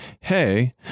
hey